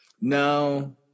no